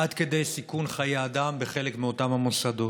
עד כדי סיכון חיי אדם בחלק מאותם המוסדות.